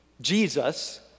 Jesus